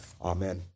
Amen